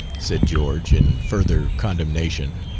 said george, in further condemnation.